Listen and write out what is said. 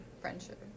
friendship